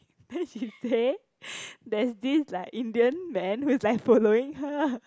then she say there's this like Indian man who is like following her